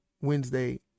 Wednesday